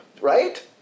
right